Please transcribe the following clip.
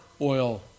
oil